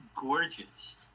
gorgeous